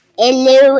hello